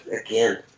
again